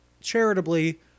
charitably